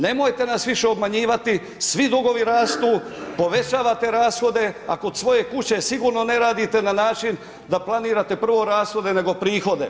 Nemojte nas više obmanjivati, svi dugovi rastu, povećavate rashode a kod svoje kuće sigurno ne radite na način da planirate prvo rashode nego prihode.